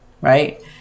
right